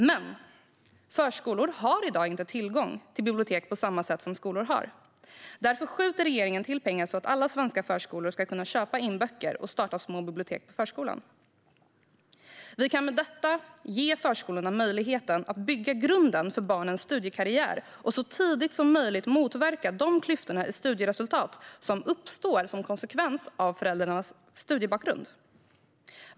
Men förskolor har i dag inte tillgång till bibliotek på samma sätt som skolor har. Därför skjuter regeringen till pengar så att alla svenska förskolor ska kunna köpa in böcker och starta små bibliotek på förskolan. Vi kan med detta ge förskolorna möjligheten att bygga grunden för barnens studiekarriär och så tidigt som möjligt motverka de klyftor i studieresultat som uppstår som en konsekvens av föräldrars studiebakgrund.